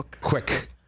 quick